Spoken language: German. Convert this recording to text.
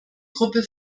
gruppe